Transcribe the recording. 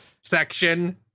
section